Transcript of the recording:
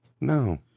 No